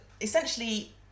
essentially